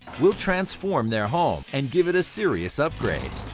we'll transform their home and give it a serious upgrade.